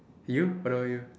you what about you